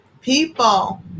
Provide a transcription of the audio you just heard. people